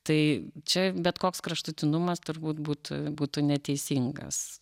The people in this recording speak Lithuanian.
tai čia bet koks kraštutinumas turbūt būtų būtų neteisingas